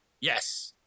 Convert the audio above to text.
Yes